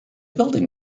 building